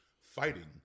fighting